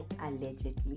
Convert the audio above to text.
Allegedly